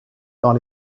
dans